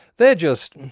they're just.